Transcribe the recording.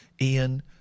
Ian